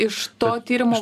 iš to tyrimo